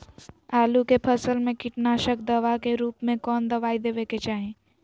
आलू के फसल में कीटनाशक दवा के रूप में कौन दवाई देवे के चाहि?